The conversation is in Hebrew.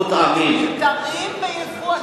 מותרים בייבוא.